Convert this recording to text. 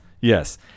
Yes